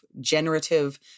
generative